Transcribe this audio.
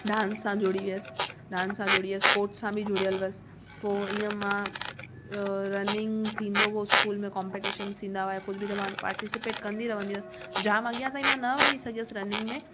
dance सां जुड़ी वियसि डांस सां जुड़ी वियसि स्पोर्ट सां बि जुड़ियलु हुअसि पोइ ईअं मां रनिंग थींदो हुओ स्कूल में कोम्प्टीशन्स थींदा हुआ या कुझु बि त मां पार्टिसिपेट कंदी रहंदी हुअसि जाम अॻियां ताईं मां न वञी सघियसि रनिंग में